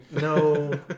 No